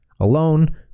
alone